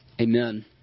Amen